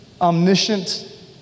omniscient